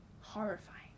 horrifying